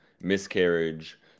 miscarriage